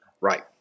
Right